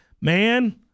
man